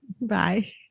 bye